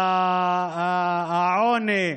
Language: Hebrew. והעוני,